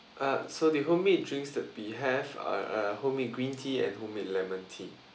uh so the homemade drinks that we have are homemade green tea and homemade lemon tea